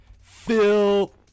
Phil